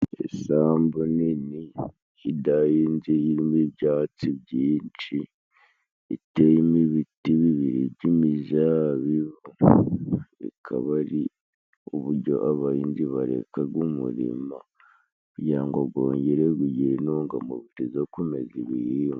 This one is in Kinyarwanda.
Isambu nini hidahinze irimo ibyatsi byinshiyinshi, iteyemo ibiti bibiri byimizabibu, bikaba ari uburyo abahinzi barekaga umurima, umuryango bongere bw intungamubiri zo kumeza ibihingwa.